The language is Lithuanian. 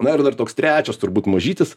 na ir dar toks trečias turbūt mažytis